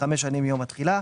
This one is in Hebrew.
חמש שנים מיום התחילה.